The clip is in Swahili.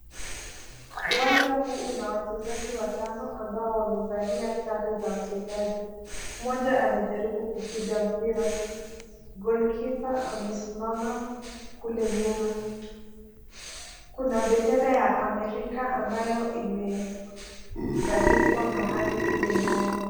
Uwanja huu una wachezaji watano, ambao wamevalia sare za uchezaji. Mmoja anajaribu kupiga mpira. Goal keeper amesimama kule nyuma. Kuna bendera ya Amerika ambayo imebandikwa mahali kule nyuma.